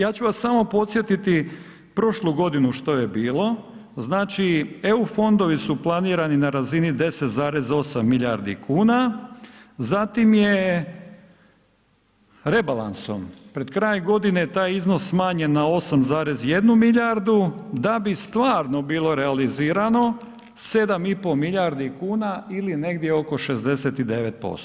Ja ću vas samo podsjetiti prošlu godinu što je bilo, znači EU fondovi su planirani na razini 10,8 milijardi kuna, zatim je rebalansom pred kraj godine taj iznos smanjen na 8,1 milijardu da bi stvarno bilo realizirano 7,5 milijardi kuna ili negdje oko 69%